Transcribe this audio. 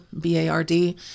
B-A-R-D